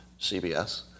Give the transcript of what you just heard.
CBS